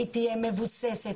תהיה מבוססת.